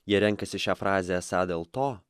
jie renkasi šią frazę esą dėl to